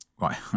Right